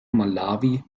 malawi